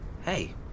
Hey